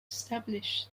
established